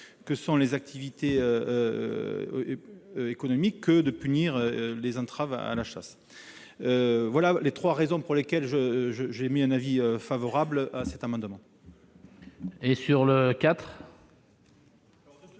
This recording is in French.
que sont les activités économiques que de punir les entraves à la chasse. Telles sont les raisons pour lesquelles j'émets un avis favorable sur l'amendement n° 2 rectifié